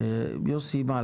יוסי, מה?